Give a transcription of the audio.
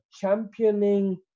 championing